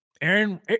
Aaron